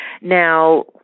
Now